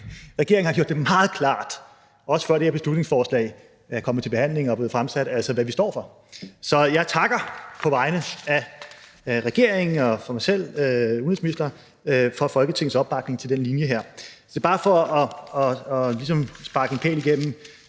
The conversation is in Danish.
regeringen har gjort det meget klart, også før det her beslutningsforslag er kommet til behandling og er blevet fremsat, hvad vi står for. Så jeg takker på vegne af regeringen og mig selv som udenrigsminister for Folketingets opbakning til den her linje. Det er bare for ligesom at sparke en pæl igennem